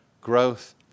Growth